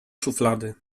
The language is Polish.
szuflady